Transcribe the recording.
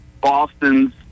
Boston's